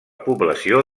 població